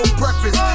breakfast